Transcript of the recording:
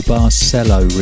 Barcelo